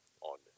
on